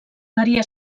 varia